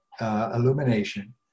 illumination